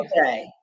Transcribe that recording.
okay